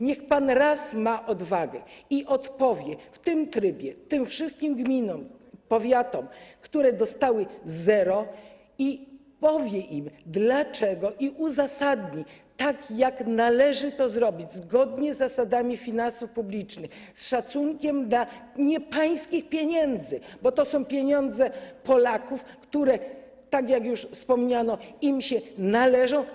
Niech pan raz ma odwagę i odpowie w tym trybie tym wszystkim gminom, powiatom, które dostały zero, dlaczego i uzasadni tak, jak należy to zrobić, zgodnie z zasadami finansów publicznych, z szacunkiem dla pieniędzy nie pańskich, bo to są pieniądze Polaków, które - tak jak już wspomniano - im się należą.